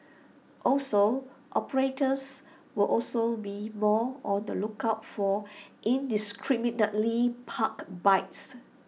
also operators will also be more on the lookout for indiscriminately parked bikes